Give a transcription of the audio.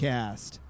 Cast